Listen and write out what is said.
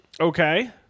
Okay